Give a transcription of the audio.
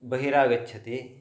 बहिरागच्छति